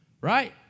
right